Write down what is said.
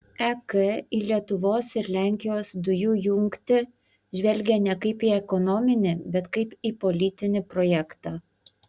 ek į lietuvos ir lenkijos dujų jungtį žvelgia ne kaip į ekonominį bet kaip į politinį projektą